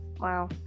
wow